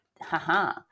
haha